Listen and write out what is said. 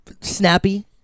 snappy